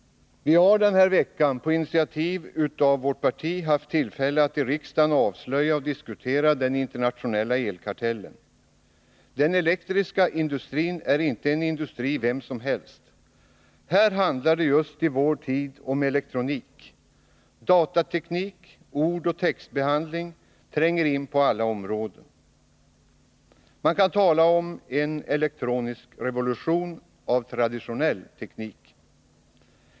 Vi har under denna vecka, på initiativ av vårt parti, haft tillfälle att i riksdagen avslöja och diskutera den internationella elkartellen. Den elektriska industrin är inte en industri vilken som helst. Här handlar det just i vår tid om elektronik. Datateknik, ordoch textbehandling tränger in på alla områden. Man kan tala om en elektronisk revolution av traditionell teknik.